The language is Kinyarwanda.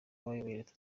leta